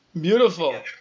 Beautiful